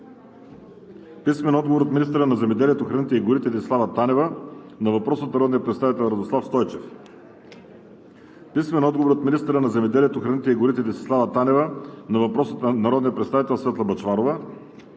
Димитър Данчев; - от министъра на земеделието, храните и горите Десислава Танева на въпрос от народния представител Радослав Стойчев; - от министъра на земеделието, храните и горите Десислава Танева на въпрос от народния представител Светла Бъчварова;